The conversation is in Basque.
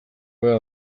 hobea